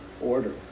order